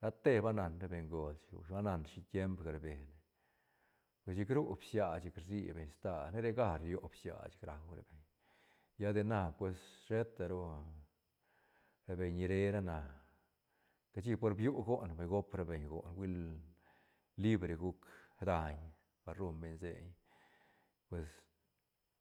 ra te ba nan la bengol chic ba nan si tiempca rbene pues chic ru bsia chic rsibeñ stal, ne rega rio bsia chic rau ra beñ lla de na pues sheta ru ah ra beñ ni re ra na cashi por biu goon vay gop ra beñ goon libre guc daiñ par ruñ beñ seiñ pues.